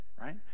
right